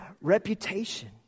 Reputation